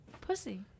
pussy